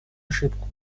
ошибку